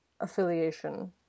affiliation